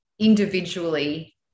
individually